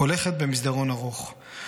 / הולכת במסדרון ארוך,